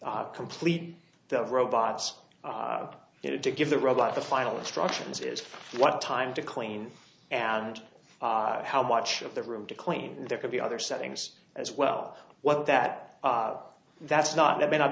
to complete the robots needed to give the robot the final instructions is what time to clean and how much of the room to claim there could be other settings as well what that that's not that may not